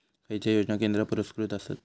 खैचे योजना केंद्र पुरस्कृत आसत?